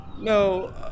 No